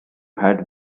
had